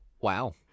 Wow